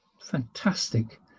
fantastic